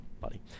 buddy